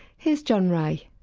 here's john wray.